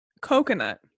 coconut